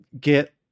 get